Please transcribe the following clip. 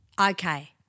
Okay